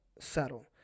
settle